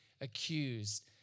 accused